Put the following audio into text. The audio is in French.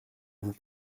vous